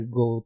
go